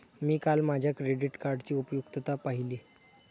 मी काल माझ्या क्रेडिट कार्डची उपयुक्तता पाहिली